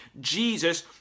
Jesus